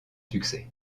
succès